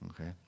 Okay